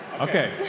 Okay